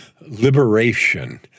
liberation